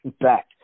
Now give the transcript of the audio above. back